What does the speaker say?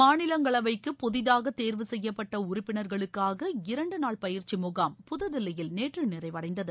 மாநிலங்களவைக்கு புதிதாக தேர்வுசெய்யப்பட்ட உறுப்பினர்களுக்கான இரண்டு நாள் பயிற்சி முகாம் புதுதில்லியில் நேற்று நிறைவடைந்தது